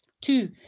Two